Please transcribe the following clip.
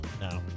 No